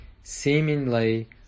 seemingly